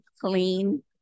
clean